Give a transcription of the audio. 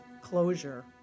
closure